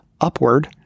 upward